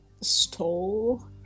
stole